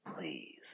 Please